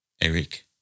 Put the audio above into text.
Eric